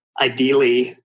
ideally